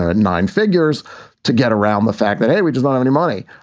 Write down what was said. ah nine figures to get around the fact that, hey, we don't have any money.